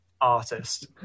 Artist